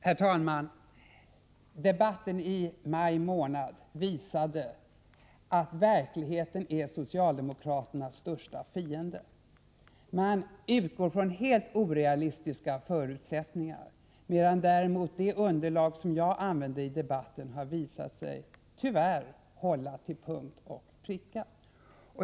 Herr talman! Debatten i maj visade att verkligheten är socialdemokraternas största fiende. Man utgår från helt orealistiska förutsättningar, medan däremot det underlag som jag använde i debatten har visat sig — tyvärr — hålla till punkt och pricka.